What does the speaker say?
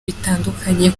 bitandukanye